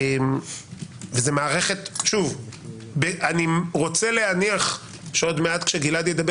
ואני רוצה להניח שעוד מעט כשגלעד ידבר